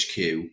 HQ